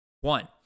one